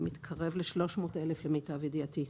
מתקרב ל-300 אלף, למיטב ידיעתי.